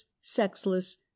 sexless